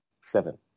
seven